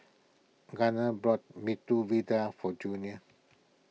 Gunner bought Medu Vada for Junior